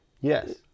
Yes